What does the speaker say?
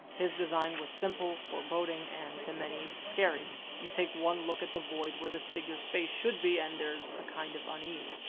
his design was simple, foreboding, and, to many, scary. you take one look at the void where this figure's face should be and there's a kind of unease.